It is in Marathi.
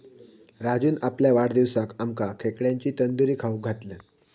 राजून आपल्या वाढदिवसाक आमका खेकड्यांची तंदूरी खाऊक घातल्यान